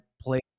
play